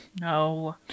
No